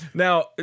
Now